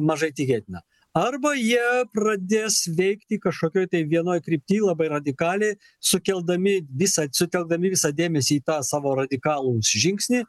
mažai tikėtina arba jie pradės veikti kažkokioj tai vienoj krypty labai radikaliai sukeldami visą sutelkdami visą dėmesį į tą savo radikalų žingsnį